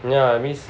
ya I miss